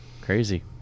Crazy